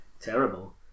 terrible